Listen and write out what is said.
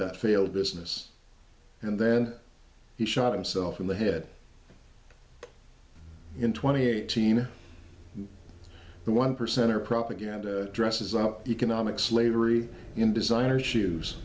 that failed business and then he shot himself in the head in twenty eight the one percenter propaganda dresses up economic slavery in designer shoes